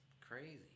crazy